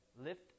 Lift